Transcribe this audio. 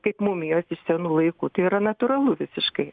kaip mumijos iš senų laikų tai yra natūralu visiškai